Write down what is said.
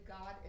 God